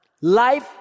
life